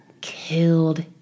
killed